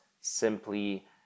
simply